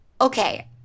Okay